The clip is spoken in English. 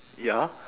ya